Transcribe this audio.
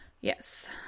Yes